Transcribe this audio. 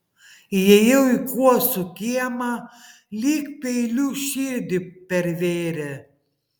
įėjau į kuosų kiemą lyg peiliu širdį pervėrė